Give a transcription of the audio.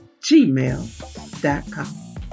gmail.com